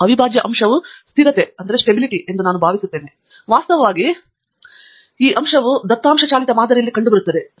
ತಂಗಿರಾಲ ಅವಿಭಾಜ್ಯ ಅಂಶವು ಸ್ಥಿರತೆ ಎಂದು ನಾನು ಭಾವಿಸುತ್ತೇನೆ ಮತ್ತು ವಾಸ್ತವವಾಗಿ ನಿರಂತರವಾದ ಈ ಪ್ರಮುಖ ವಿಷಯವು ದತ್ತಾಂಶ ಚಾಲಿತ ಮಾದರಿಯಲ್ಲಿ ಕಂಡುಬರುತ್ತದೆ